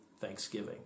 Thanksgiving